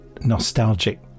nostalgic